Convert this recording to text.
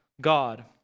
God